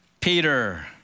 Peter